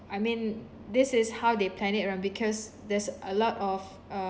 I mean this is how they plan it around because there's a lot of uh